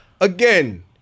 again